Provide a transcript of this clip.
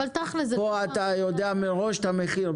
פה אתה יודע מראש את המחיר,